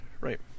right